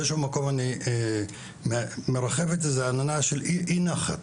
באיזשהו מקום מרחפת איזו עננה של אי נחת.